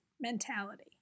mentality